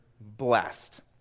blessed